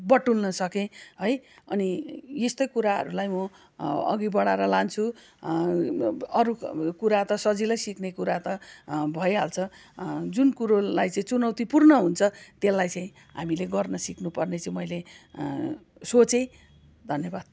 बटुल्न सकेँ है अनि यस्तै कुराहरूलाई म अघि बढाएर लान्छु अरू कुरा त सजिलै सिक्ने कुरा त भइहाल्छ जुन कुरोलाई चाहिँ चुनौतीपूर्ण हुन्छ त्यसलाई चाहिँ हामीले गर्न सिक्नुपर्ने चाहिँ मैले सोचे धन्यवाद